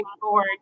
forward